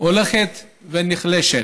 הולכת ונחלשת.